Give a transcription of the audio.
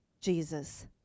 Jesus